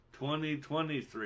2023